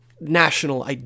national